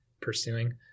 pursuing